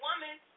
woman